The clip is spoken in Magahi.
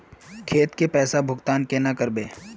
खेत के पैसा भुगतान केना करबे?